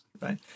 right